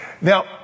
Now